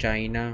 China